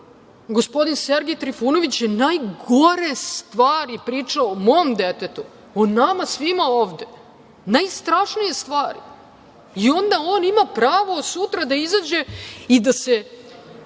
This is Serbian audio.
gospodin Sergej Trifunović, je najgore stvari pričao o mom detetu, o nama svima ovde, najstrašnije stvari. I onda on ima pravo sutra da izađe i da se